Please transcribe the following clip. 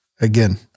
again